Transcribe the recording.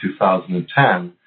2010